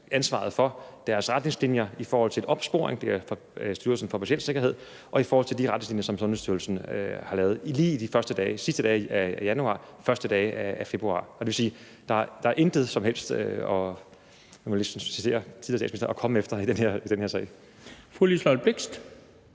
altså om deres retningslinjer i forhold til opsporing, når det gælder Styrelsen for Patientsikkerhed, og i forhold til de retningslinjer, som Sundhedsstyrelsen lavede lige de sidste dage af januar og første dage af februar. Det vil sige, at der er – og jeg kunne næsten have lyst